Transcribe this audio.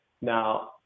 now